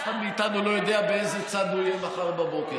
אף אחד מאיתנו לא יודע באיזה צד הוא יהיה מחר בבוקר.